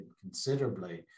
considerably